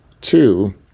Two